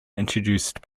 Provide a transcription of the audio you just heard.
introduced